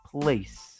place